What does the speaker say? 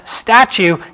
statue